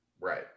Right